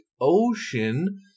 Ocean